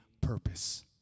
purpose